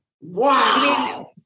Wow